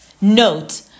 Note